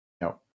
No